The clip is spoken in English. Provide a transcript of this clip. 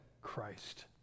Christ